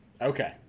Okay